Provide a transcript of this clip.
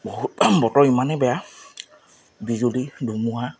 বহুত বতৰ ইমানেই বেয়া বিজুলী ধুমুহা